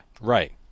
Right